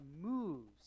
moves